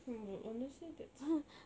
hmm but honestly that's